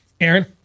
Aaron